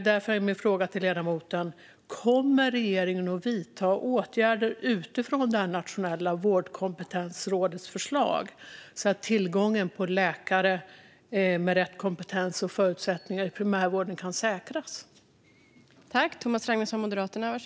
Därför är min fråga till ledamoten: Kommer regeringen att vidta åtgärder utifrån Nationella vårdkompetensrådets förslag så att tillgången till läkare med rätt kompetens och förutsättningarna i primärvården kan säkras?